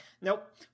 nope